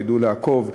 שידעו לעקוב,